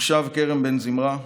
מושב כרם בן זמרה.